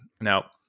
Now